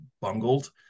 bungled